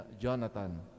Jonathan